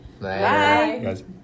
Bye